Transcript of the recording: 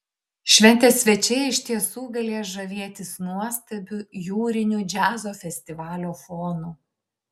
šventės svečiai iš tiesų galės žavėtis nuostabiu jūriniu džiazo festivalio fonu